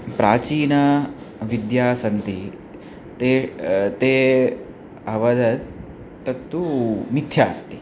प्राचीनाः विद्याः सन्ति ते ते अवदन् तत्तु मिथ्या अस्ति